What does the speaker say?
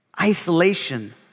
Isolation